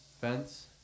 Fence